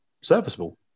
serviceable